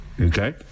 Okay